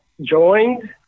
joined